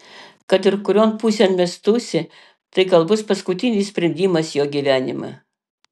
kad ir kurion pusėn mestųsi tai bus gal paskutinis sprendimas jo gyvenime